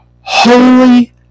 holy